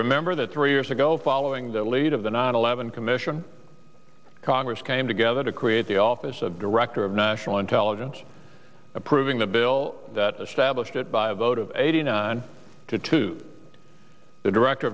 remember that three years ago following the lead of the nine eleven commission congress came together to create the office of director of national intelligence approving the bill that established it by a vote of eighty nine to two the director